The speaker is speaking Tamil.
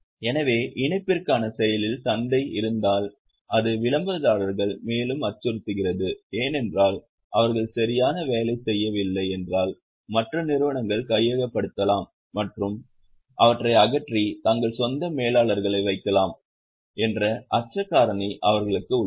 எனவே இணைப்பிற்கான செயலில் சந்தை இருந்தால் அது விளம்பரதாரர்களை மேலும் அச்சுறுத்துகிறது ஏனென்றால் அவர்கள் சரியாக வேலை செய்யவில்லை என்றால் மற்ற நிறுவனங்கள் கையகப்படுத்தலாம் மற்றும் அவற்றை அகற்றி தங்கள் சொந்த மேலாளர்களை வைக்கலாம் என்ற அச்ச காரணி அவர்களுக்கு உள்ளது